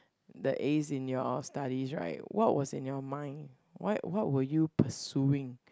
the A's in your study right what was in your mind why what were you pursuing